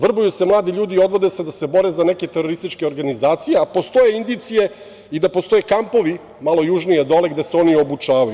Vrbuju se mladi ljudi i odvode se da se bore za neke terorističke organizacije, a postoje indicije da postoje kampovi malo južnije dole gde se oni obučavaju.